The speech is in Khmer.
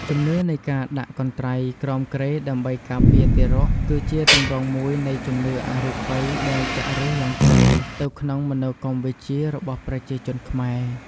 ជំនឿនៃការដាក់កន្ត្រៃក្រោមគ្រែដើម្បីការពារទារក គឺជាទម្រង់មួយនៃជំនឿអរូបិយដែលចាក់ឫសយ៉ាងជ្រៅទៅក្នុងមនោគមវិជ្ជារបស់ប្រជាជនខ្មែរ។